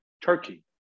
Turkey